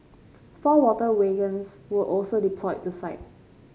four water wagons were also deployed to site